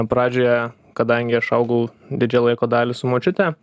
pradžioje kadangi aš augau didžiąją laiko dalį su močiute